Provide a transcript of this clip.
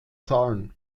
zahlen